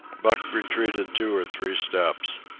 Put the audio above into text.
buck retreated two or three steps.